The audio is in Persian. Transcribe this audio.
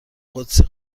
قدسی